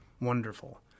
wonderful